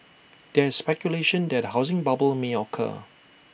there is speculation that A housing bubble may occur